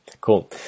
Cool